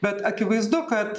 bet akivaizdu kad